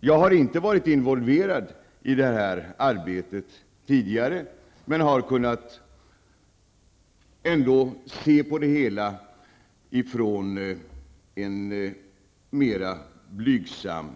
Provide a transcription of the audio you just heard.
Jag har inte varit involverad i det här arbetet tidigare, men jag har då kunnat följa det hela ifrån en mer blygsam